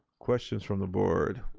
questions from the board?